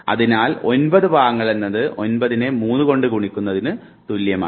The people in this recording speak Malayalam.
അതിനാൽ 9 ഭാഗങ്ങൾ എന്നത് 9 നെ 3 കൊണ്ട് ഗുണിക്കുന്നതിന് തുല്യമാണ്